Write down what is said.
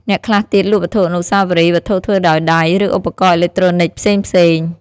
អ្នកខ្លះទៀតលក់វត្ថុអនុស្សាវរីយ៍ វត្ថុធ្វើដោយដៃ ឬឧបករណ៍អេឡិចត្រូនិចផ្សេងៗ។